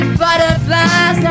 butterflies